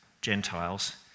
Gentiles